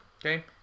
okay